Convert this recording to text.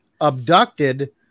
Abducted